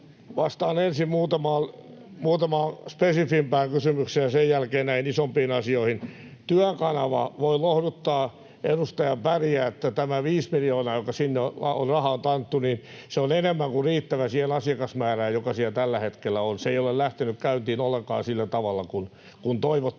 Vastaan ensin muutamaan spesifimpään kysymykseen ja sen jälkeen näihin isompiin asioihin. Työkanava. Voin lohduttaa edustaja Bergiä, että tämä viisi miljoonaa, joka sinne on rahaa taattu, on enemmän kuin riittävä siihen asiakasmäärään, joka siellä tällä hetkellä on. Se ei ole lähtenyt käyntiin ollenkaan sillä tavalla kuin toivottiin.